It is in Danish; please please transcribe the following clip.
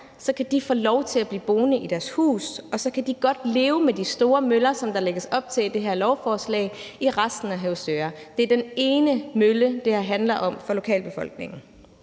er, kan de få lov til at blive boende i deres hus, og så kan de godt leve med de store møller, som der lægges op til i det her lovforslag, i resten af Høvsøre. Det er den ene mølle, det her handler om for lokalbefolkningen,